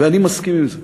ואני מסכים עם זה.